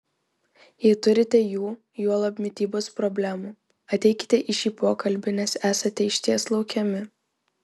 jei turite jų juolab mitybos problemų ateikite į šį pokalbį nes esate išties laukiami